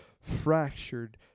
fractured